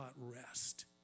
rest